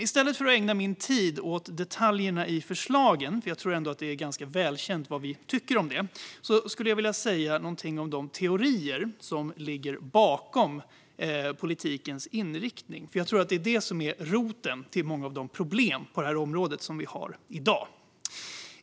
I stället för att ägna min talartid åt detaljerna i förslagen - jag tror nämligen att det är ganska välkänt vad vi tycker om detta - skulle jag vilja säga någonting om de teorier som ligger bakom politikens inriktning. Jag tror nämligen att det är det som är roten till många av de problem vi har på det här området i dag.